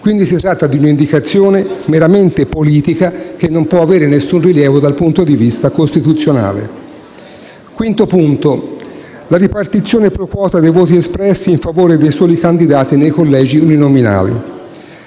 Quindi, si tratta di un'indicazione meramente politica, che non può avere alcun rilievo dal punto di vista costituzionale. Il quinto punto riguarda la ripartizione *pro quota* dei voti espressi in favore dei soli candidati nei collegi uninominali.